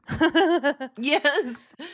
Yes